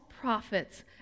prophets